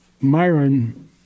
Myron